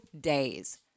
days